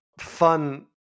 fun